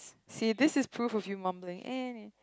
see this is prove of you mumbling anyway